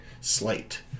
slate